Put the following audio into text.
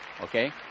Okay